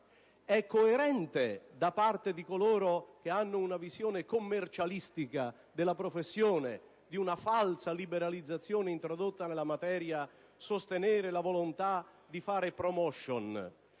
È coerente da parte di coloro che hanno una visione commercialistica della professione, di una falsa liberalizzazione introdotta nella materia, sostenere la volontà di fare *promotion*,